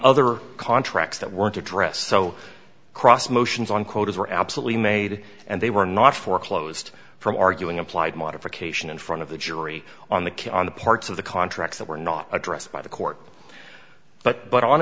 other contracts that weren't addressed so cross motions on quotas were absolutely made and they were not foreclosed from arguing applied modification in front of the jury on the key on the parts of the contracts that were not addressed by the court but but on